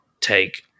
take